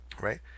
Right